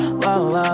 wow